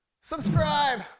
subscribe